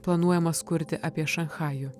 planuojamas kurti apie šanchajų